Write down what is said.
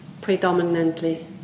predominantly